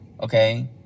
okay